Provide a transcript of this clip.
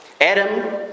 Adam